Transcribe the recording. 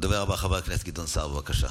הדובר הבא, חבר הכנסת גדעון סער, בבקשה.